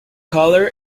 color